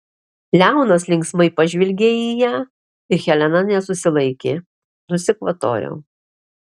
leonas linksmai pažvelgė į ją ir helena nesusilaikė nusikvatojo